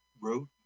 wrote